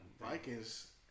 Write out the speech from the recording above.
Vikings